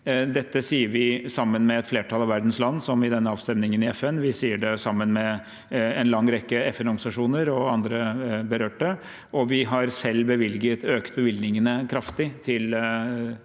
Dette sier vi sammen med et flertall av verdens land, som i den avstemningen i FN, vi sier det sammen med en lang rekke FN-organisasjoner og andre berørte. Vi har selv økt bevilgningene til